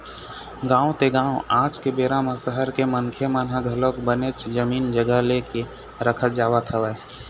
गाँव ते गाँव आज के बेरा म सहर के मनखे मन ह घलोक बनेच जमीन जघा ले के रखत जावत हवय